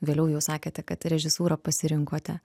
vėliau jau sakėte kad režisūrą pasirinkote